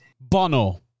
Bono